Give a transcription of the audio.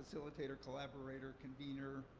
facilitator collaborator convener.